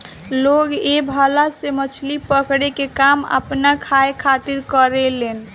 लोग ए भाला से मछली पकड़े के काम आपना खाए खातिर करेलेन